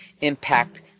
impact